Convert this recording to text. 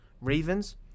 Ravens